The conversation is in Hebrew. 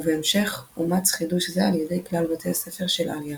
ובהמשך אומץ חידוש זה על ידי כלל בתי הספר של אליאנס.